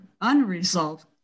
unresolved